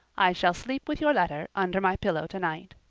i shall sleep with your letter under my pillow tonight.